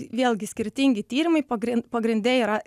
vėlgi skirtingi tyrimai pagrin pagrinde yra